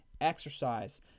exercise